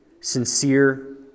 sincere